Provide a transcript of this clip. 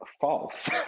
false